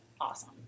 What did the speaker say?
Awesome